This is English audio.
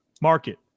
market